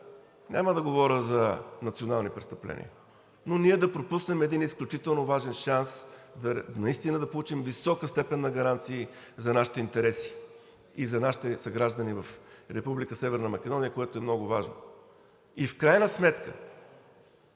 няма да говоря за национални престъпления, но ние да пропуснем един изключително важен шанс наистина да получим висока степен на гаранции за нашите интереси и за нашите съграждани в Република Северна Македония, което е много важно. В крайна сметка